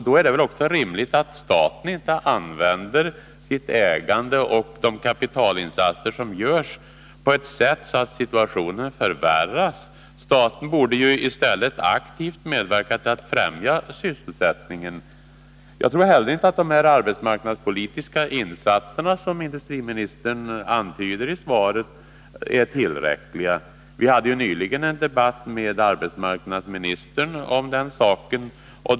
Då är det väl rimligt att staten inte använder sitt ägarinflytande och de kapitalinsatser som görs på ett sådant sätt att situationen förvärras. Staten borde i stället aktivt medverka till att främja sysselsättningen. Jag tror heller inte att de arbetsmarknadspolitiska insatserna, som industriministern antyder i svaret, är tillräckliga. Vi hade ju nyligen en debatt med arbetsmarknadsministern om den saken.